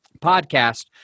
podcast